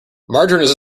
margarine